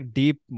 deep